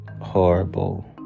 horrible